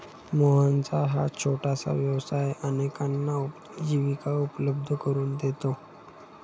मोहनचा हा छोटासा व्यवसाय अनेकांना उपजीविका उपलब्ध करून देतो